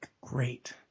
great